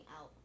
out